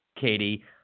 Katie